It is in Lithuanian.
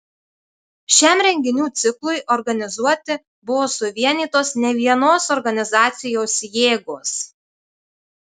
šiam renginių ciklui organizuoti buvo suvienytos nevienos organizacijos jėgos